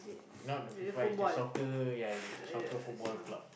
not the FIFA it's the soccer the soccer ya ya the soccer Football Club